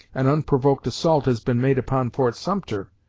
an unprovoked assault has been made upon fort sumter,